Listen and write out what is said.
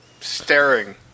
staring